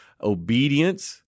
obedience